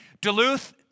Duluth